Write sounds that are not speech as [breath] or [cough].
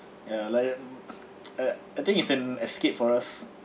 ya like that [breath] I I think it's an escape for us